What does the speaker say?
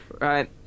Right